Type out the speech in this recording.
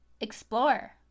explore